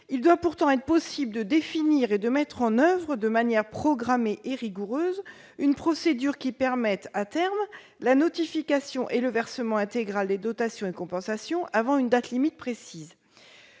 il doit pourtant être possible de définir et de mettre en oeuvre, de manière programmée et rigoureuse, une procédure qui permette, à terme, la notification et le versement intégral des dotations et des compensations avant une date limite précise.